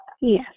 Yes